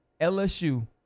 lsu